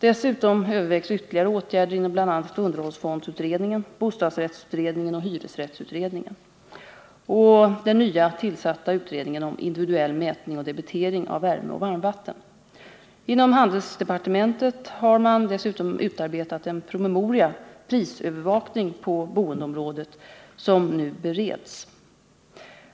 Dessutom övervägs ytterligare åtgärder inom bl.a. underhållsfondsutredningen , bostadsrättsutredningen , hyresrättsutredningen och den nyligen tillsatta utredningen om individuell mätning och debitering av värme och varmvatten. Inom handelsdepartementet har man dessutom utarbetat en promemoria, Prisövervakning på boendeområdet, som nu är ute på remiss.